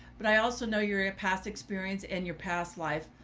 but i also know your your past experience and your past life,